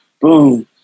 Boom